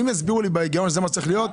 אם יסבירו לי בהיגיון שזה מה שצריך להיות,